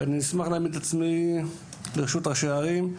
ואני אשמח להעמיד את עצמי לרשות ראשי הערים,